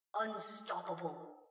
Unstoppable